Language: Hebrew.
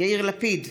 יאיר לפיד,